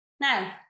Now